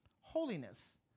Holiness